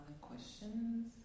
questions